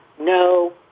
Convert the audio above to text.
No